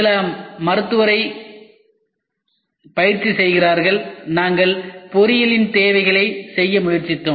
சில மருத்துவரைப் பயிற்சி செய்கிறார் நாங்கள் பொறியியல் தேவைகளைச் செய்ய முயற்சித்தோம்